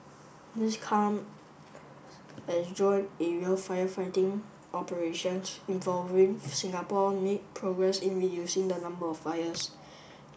this come as joint aerial firefighting operations involving Singapore made progress in reducing the number of fires